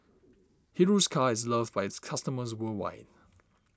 Hiruscar is loved by its customers worldwide